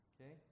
Okay